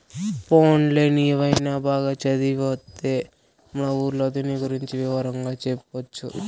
పోన్లే నీవైన బాగా చదివొత్తే మన ఊర్లో దీని గురించి వివరంగా చెప్పొచ్చు